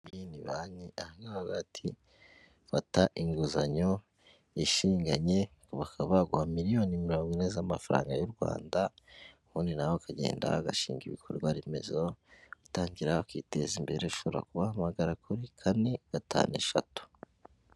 Iyi ni banki, hano bati, fata inguzanyo yishinganye, bakaba baguha miliyoni mirongo ine z'amafaranga y'u Rwanda, ubundi nawe ukagenda agashinga ibikorwa remezo, ugatangira ukiteza imbere, ushobora kubahamagara kuri kane gatanu eshatu.